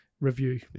review